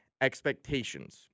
expectations